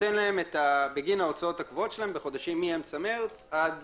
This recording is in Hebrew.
נותן להם בגין ההוצאות הקבועות שלהם מאמצע מרץ, עד